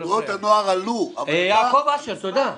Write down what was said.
תנועות הנוער עלו אבל --- יעקב אשר, תודה.